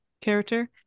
character